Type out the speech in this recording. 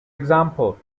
example